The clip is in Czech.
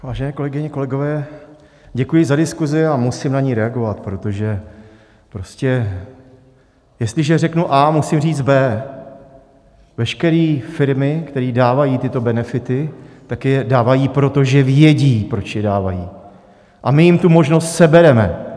Vážené kolegyně, kolegové, děkuji za diskuzi a musím na ni reagovat, protože prostě jestliže řeknu A, musím říct B. Veškeré firmy, které dávají tyto benefity, tak je dávají proto, že vědí, proč je dávají, a my jim tu možnost sebereme.